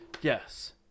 Yes